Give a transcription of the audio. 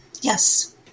Yes